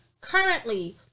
currently